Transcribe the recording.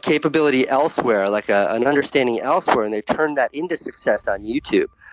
capability elsewhere, like ah an understanding elsewhere, and they've turned that into success on youtube.